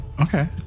Okay